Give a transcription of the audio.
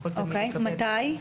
מתי?